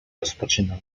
rozpoczynam